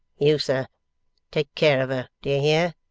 you sir take care of her, d'ye hear